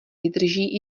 vydrží